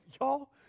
y'all